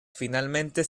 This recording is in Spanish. finalmente